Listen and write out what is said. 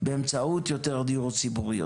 באמצעות יותר דיור ציבורי.